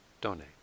donate